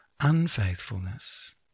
unfaithfulness